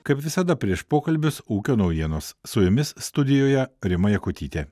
kaip visada prieš pokalbius ūkio naujienos su jumis studijoje rima jakutytė